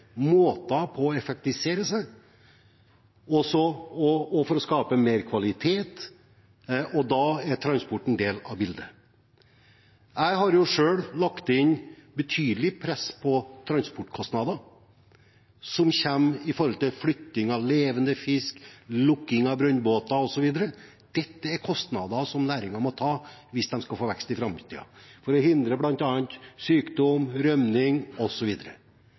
måter å effektivisere seg på og skape bedre kvalitet, og da er transport en del av bildet. Jeg har selv lagt et betydelig press på transportkostnader som kommer ved flytting av levende fisk, lukking av brønnbåter, osv. Dette er kostnader som næringen må ta hvis den skal få vekst i framtiden, for å hindre bl.a. sykdom og rømning.